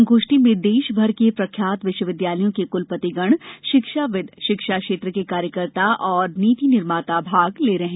संगोष्ठी में देश भर के प्रख्यात विश्वविद्यालयों के कुलपतिगण शिक्षाविद शिक्षा क्षेत्र के कार्यकर्ता और नीति निर्माता भाग ले रहे हैं